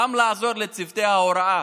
לעזור לצוותי ההוראה